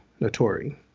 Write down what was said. Notori